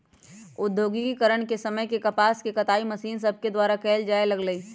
औद्योगिकरण के समय से कपास के कताई मशीन सभके द्वारा कयल जाय लगलई